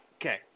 Okay